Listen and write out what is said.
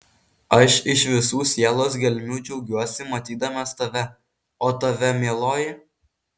aš iš visų sielos gelmių džiaugiuosi matydamas tave o tave mieloji